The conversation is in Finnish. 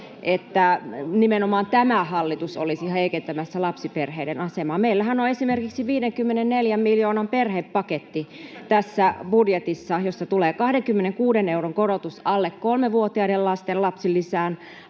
että nimenomaan tämä hallitus olisi heikentämässä lapsiperheiden asemaa. Meillähän on esimerkiksi 54 miljoonan perhepaketti tässä budjetissa, jossa tulee 26 euron korotus alle kolmevuotiaiden lasten lapsilisään,